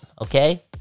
okay